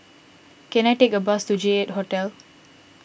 can I take a bus to J eight Hotel